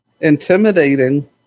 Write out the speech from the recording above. intimidating